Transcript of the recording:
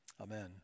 Amen